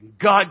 God